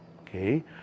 Okay